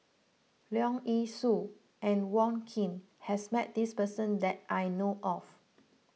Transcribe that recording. Leong Yee Soo and Wong Keen has met this person that I know of